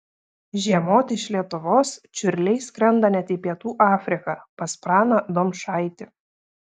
žiemoti iš lietuvos čiurliai skrenda net į pietų afriką pas praną domšaitį